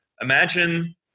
imagine